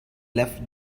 left